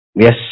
yes